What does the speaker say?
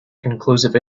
conclusive